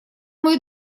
мой